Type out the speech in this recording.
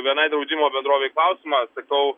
vienai draudimo bendrovei klausimą aš sakau